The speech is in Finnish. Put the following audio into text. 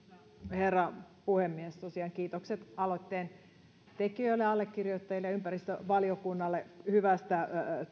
herra puhemies tosiaan kiitokset aloitteen tekijöille allekirjoittajille ja ympäristövaliokunnalle hyvästä